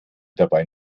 dabei